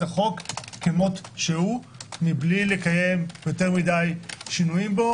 החוק כמות שהוא בלי לקיים יותר מדי שינויים בו.